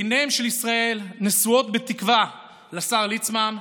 עיניהם של ישראל נשואות בתקווה לשר ליצמן,